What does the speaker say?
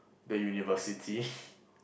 the University